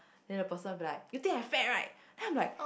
then the person will be like you think I'm fat right then I'm like